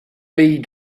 pays